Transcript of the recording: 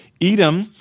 Edom